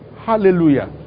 Hallelujah